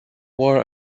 war